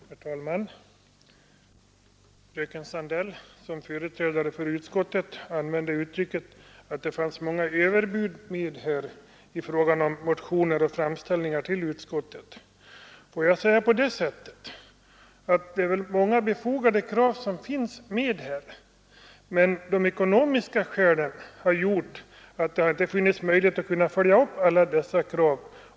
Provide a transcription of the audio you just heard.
Herr talman! Fröken Sandell som företrädare för utskottet använde uttrycket att det här fanns många överbud i fråga om motioner och framställningar till utskottet. Får jag säga på det sättet, att det är många befogade krav som finns med här, men de ekonomiska skälen har gjort att det inte varit möjligt att följa upp alla dessa krav.